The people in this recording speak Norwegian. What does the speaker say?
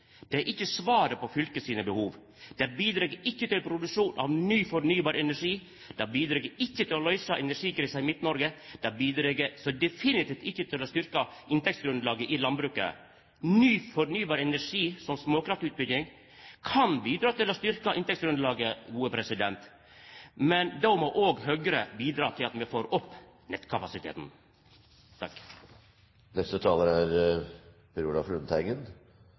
Det er ikkje svaret på fylket sine behov. Det bidreg ikkje til produksjon av ny fornybar energi, det bidreg ikkje til å løysa energikrisa i Midt-Noreg, det bidreg så definitivt ikkje til å styrkja inntektsgrunnlaget i landbruket. Ny fornybar energi, som småkraftutbygging, kan bidra til å styrkja inntektsgrunnlaget, men då må òg Høgre bidra til at vi får opp nettkapasiteten. Bakgrunnen for denne interpellasjonen er